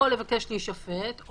או לבקש להישפט,